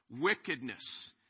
wickedness